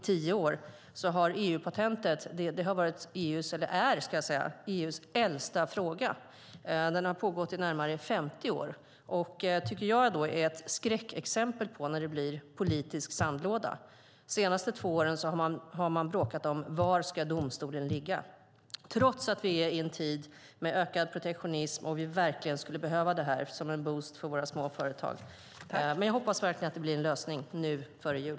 EU-patentet är EU:s äldsta fråga. Diskussionen har pågått i närmare 50 år. Jag tycker att det är ett skräckexempel på politisk sandlåda. De senaste två åren har man bråkat om var domstolen ska ligga, trots att vi är i en tid med ökad protektionism då vi verkligen skulle behöva det här som boost för våra småföretag. Men jag hoppas att det blir en lösning före jul.